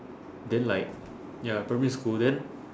then like ya primary school then